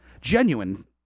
genuine